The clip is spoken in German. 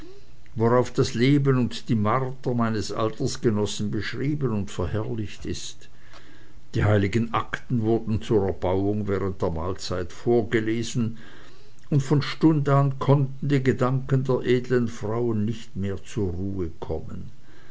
worauf das leben und die marter meines altersgenossen beschrieben und verherrlicht ist die heiligen akten wurden zur erbauung während der mahlzeit vorgelesen und von stund an konnten die gedanken der edeln frauen nicht mehr zur ruhe kommen